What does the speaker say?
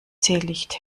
teelicht